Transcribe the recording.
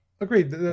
agreed